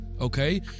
okay